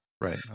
Right